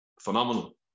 phenomenal